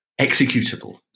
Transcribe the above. executable